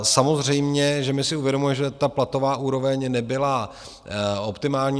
Samozřejmě že my si uvědomujeme, že platová úroveň nebyla optimální.